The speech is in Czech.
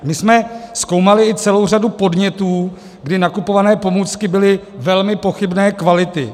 My jsme zkoumali i celou řadu podnětů, kdy nakupované pomůcky byly velmi pochybné kvality.